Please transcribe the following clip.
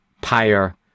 pyre